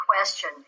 question